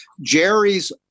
Jerry's